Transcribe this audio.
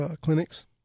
clinics